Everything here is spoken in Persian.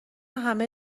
همه